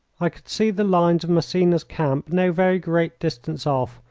i could see the lines of massena's camp no very great distance off,